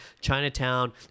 Chinatown